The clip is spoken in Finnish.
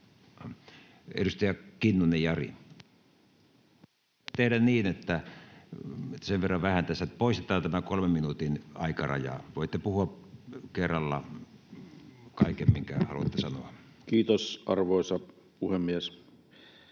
Edustaja Kinnunen, Jari. — Tehdään niin, kun on sen verran vähän tässä, että poistetaan tämä kolmen minuutin aikaraja. Voitte puhua kerralla kaiken, minkä haluatte sanoa. Kiitos, arvoisa puhemies!